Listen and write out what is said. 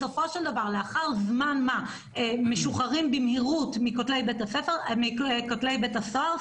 בסופו של דבר לאחר זמן מה משוחררים במהירות מכותלי בית הסוהר,